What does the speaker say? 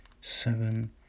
seven